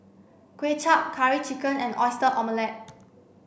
Kuay Chap curry chicken and oyster omelette